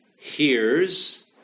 hears